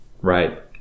Right